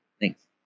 Thanks